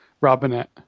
Robinette